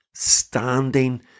standing